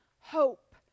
hope